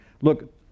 Look